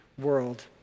world